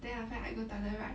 then after that I go toilet right